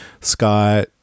Scott